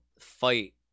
fight